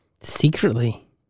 Secretly